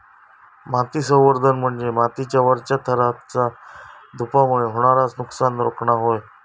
माती संवर्धन म्हणजे मातीच्या वरच्या थराचा धूपामुळे होणारा नुकसान रोखणा होय